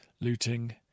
looting